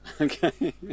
okay